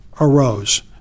arose